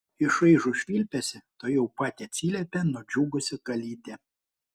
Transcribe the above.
į šaižų švilpesį tuojau pat atsiliepė nudžiugusi kalytė